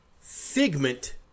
Figment